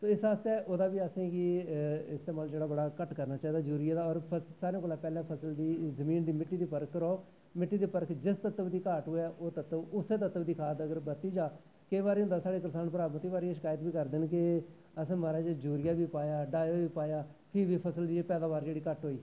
एह्दे आस्तै ओह्दा बी असेंगी इस्तेमाल घट्ट करना चाही दा यूरिये दा और सारें कोला पैह्लें यूरिये दी जमीन दी मिट्टी दी परख कराओ मिट्टी च जिस तत्त बी घाट होऐ ओह् तत्व उस्सै तत्त दी खाध अगर बरती जा केईं बारी कसान भ्रा शकायत बी करदे न की असें मारज यूरिया बी पाया डाया बी पाया फ्ही बी फसल दी पैदाबार जेह्की घट्ट होई